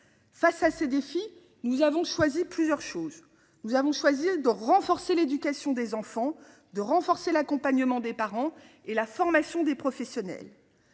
Face à ces défis, nous avons choisi plusieurs choses. Nous avons choisi de renforcer l'éducation des enfants, de renforcer l'accompagnement des parents et la formation des professionnels.